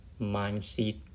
mindset